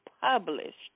published